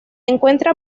encuentra